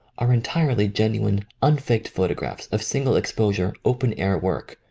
are entirely genu ine, unfaked photographs of single expo sure, open-air work,